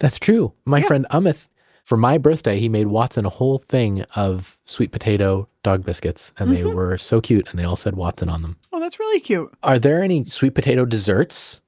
that's true. my friend, umeth for my birthday, made watson a whole thing of sweet potato dog biscuits. and they were so cute and they all said, watson, on them oh, that's really cute are there any sweet potato desserts?